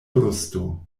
brusto